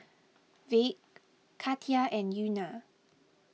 Vick Katia and Euna